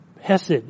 Hesed